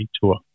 tour